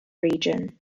region